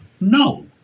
No